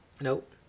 Nope